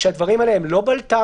כשהדברים האלה הם לא בלת"מים,